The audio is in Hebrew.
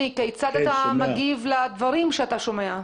כיצד אתה מגיב לדברים שאתה שומע?